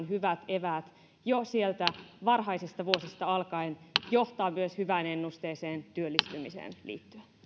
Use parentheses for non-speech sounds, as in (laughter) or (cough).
(unintelligible) hyvät eväät jo varhaisista vuosista alkaen johtaa myös hyvään ennusteeseen työllistymiseen liittyen